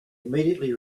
immediately